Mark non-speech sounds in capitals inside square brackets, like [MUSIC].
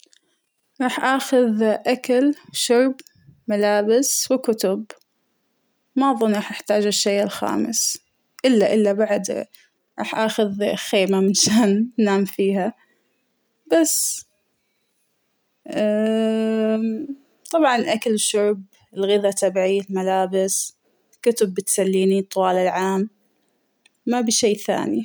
راح أخذ أكل شرب ملابس وكتب ، ما أظن راح أحتاج الشى الخامس إلا إلا بعد راح أخذ خيمة [LAUGHS] مشان أنام فيها بس، [HESITATION] طبعاً الأكل الشرب الغذا تبعى الملابس ، كتب بتسلينى طوال العام ما أبى شى ثانى.